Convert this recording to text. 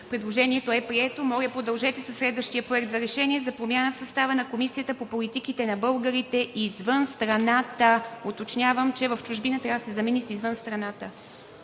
Предложението е прието. Моля, продължете със следващия Проект за решение за промяна в състава на Комисията по политиките за българите извън страната. Уточнявам, че „в чужбина“ трябва да се замени с „извън страната“.